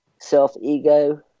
Self-ego